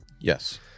Yes